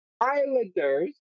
Islanders